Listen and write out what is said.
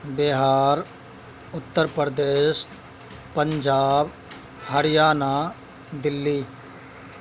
Bihar Uttar Pradesh Punjab Haryana Delhi